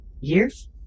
years